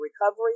recovery